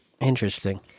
Interesting